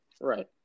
right